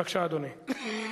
בבקשה, אדוני.